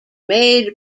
made